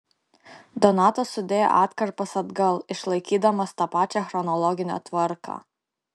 donatas sudėjo atkarpas atgal išlaikydamas tą pačią chronologinę tvarką